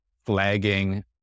flagging